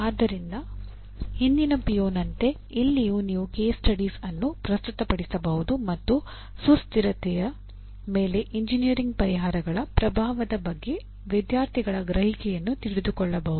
ಆದ್ದರಿಂದ ಹಿಂದಿನ ಪಿಒನಂತೆ ಇಲ್ಲಿಯೂ ನೀವು ಕೇಸ್ ಸ್ಟಡೀಸ್ ಅನ್ನು ಪ್ರಸ್ತುತಪಡಿಸಬಹುದು ಮತ್ತು ಸುಸ್ಥಿರತೆಯ ಮೇಲೆ ಎಂಜಿನಿಯರಿಂಗ್ ಪರಿಹಾರಗಳ ಪ್ರಭಾವದ ಬಗ್ಗೆ ವಿದ್ಯಾರ್ಥಿಗಳ ಗ್ರಹಿಕೆಯನ್ನು ತಿಳಿದುಕೊಳ್ಳಬಹುದು